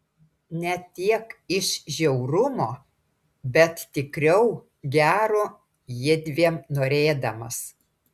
ne tiek iš žiaurumo bet tikriau gero jiedviem norėdamas